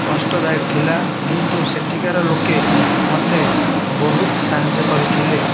କଷ୍ଟଦାୟକ ଥିଲା କିନ୍ତୁ ସେଠିକାର ଲୋକେ ମୋତେ ବହୁତ ସାହାଯ୍ୟ କରିଥିଲେ